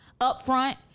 upfront